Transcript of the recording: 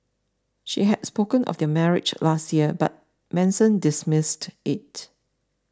she had spoken of their marriage last year but Manson dismissed it